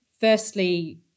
firstly